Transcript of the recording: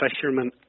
fishermen